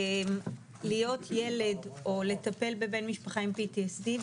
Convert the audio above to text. להיות ילד או לטפל בבן משפחה עם PTSD,